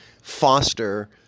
foster